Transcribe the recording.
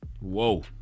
Whoa